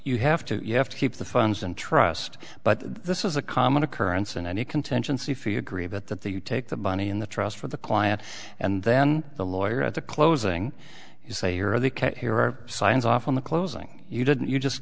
you have to you have to keep the funds and trust but this is a common occurrence and any contingency fee agree that that the you take the money in the trust for the client and then the lawyer at the closing you say are the case here are signs off on the closing you didn't you just